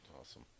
Awesome